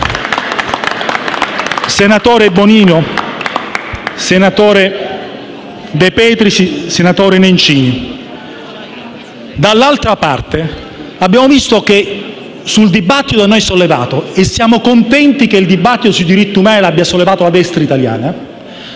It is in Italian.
Senatrice Bonino, senatrice De Petris, senatore Nencini, dall'altra parte abbiamo notato un aspetto nel dibattito da noi sollevato (e siamo contenti che il dibattito sui diritti umani l'abbia sollevato la destra italiana)